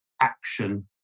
action